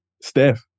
Steph